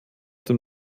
dem